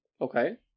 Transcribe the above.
Okay